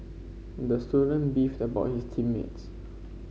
the student beefed about his team mates